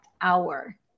hour